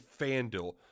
FanDuel